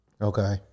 Okay